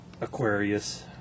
Aquarius